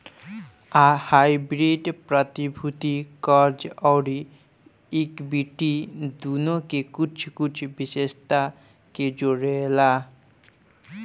hybrid प्रतिभूति, कर्ज अउरी इक्विटी दुनो के कुछ कुछ विशेषता के जोड़ेला